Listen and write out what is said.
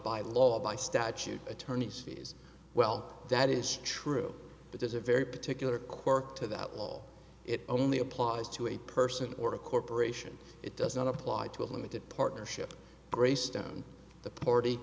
by law by statute attorneys fees well that is true but there's a very particular quirk to that law it only applies to a person or a corporation it does not apply to a limited partnership greystone the party